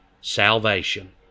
salvation